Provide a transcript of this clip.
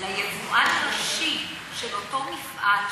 ליבואן הראשי של אותו מפעל,